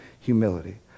humility